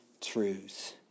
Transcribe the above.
truths